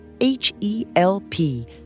H-E-L-P